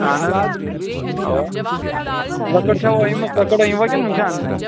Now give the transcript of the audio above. اہن حظ اوا لٔکٕر چھوا أنۍ مٕژ لکٕر أنۍوا کِنہٕ وٕنہٕ چھ انہٕ نے